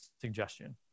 suggestion